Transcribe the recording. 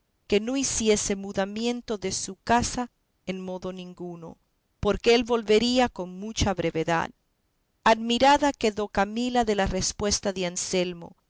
que no hiciese mudamiento de su casa en modo ninguno porque él volvería con mucha brevedad admirada quedó camila de la respuesta de anselmo